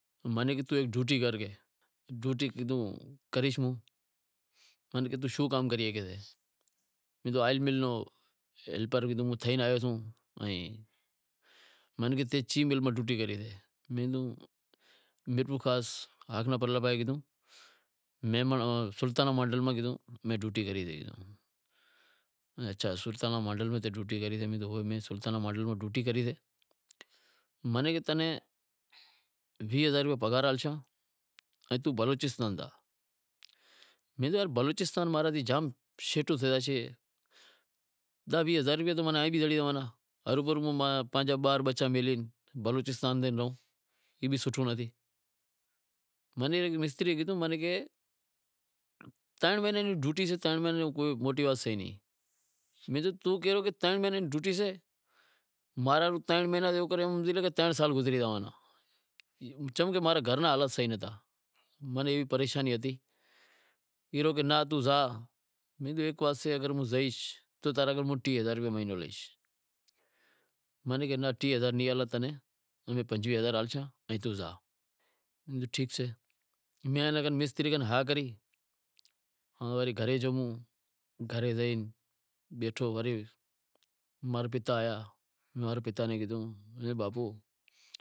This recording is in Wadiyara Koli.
منیں کہے کہ توں ایک ڈوٹی کر، منیں کہے کہ توں شوں کام کریئے سگھیئیں، مہں کیدہو کہ آئل مل رو ہیلپر تھے کہ آیو سوں، ائیں منیں کہے کہ تیں چئیں مل میں ڈوٹی کری، میں کہیو، میرپورخاص آگلے پرلے پاہے کیدہو، میمن سلطانا ماڈل میں ڈوٹی کری ہتی، تو کیدہو تیں سلطانا ماڈل میں ڈوٹی کری ہتی، میں نیں کہیو کہ تیں ناں ویہہ ہزار روپیا پگھار ہالشاں ان توں بلوچستان زا، میں کہیو بلوچستان تو ماں رے زام شیٹو تھے زاشے، داہ ویہہ ہزار موں نیں ایئں بھی زڑے زاشیں، ہروبھرو ہوں آپرا بار بچا سیڑے زاں ای سوٹھو نتھی، مستری کیدہو ، ماں نیں کہے کہ ترن مہینڑا ڈوٹی سے ترن مہینڑا چھوٹی سے، میں کہیو کہ توں کہیں ترن مہینڑا ڈوٹی سے ماں رے لیوا ترن مہینڑا جیووکر ترن سال گزری زائیں، چمکہ ماں رے گھر را حالات صحیح نتھا وڈی پریشانی ہتی، ای کہے رو ناں کہ توں زا، موں کیدہو اگر ہوں زائیش تو تاں رے کن ہوں ٹیہہ ہزار روپیا مہینو لیش، منیں کہے ناں ٹیہہ ہزار نیں ہالاں تنیں، پنجویہہ ہزار ہالشاں، توں زا، میں کیدہو ٹھیک سے میں مستری کن ہا کری، گھرے زائی بیٹھو وری ماں را پتا آیا ماں رے پتا ناں کیدہو بابو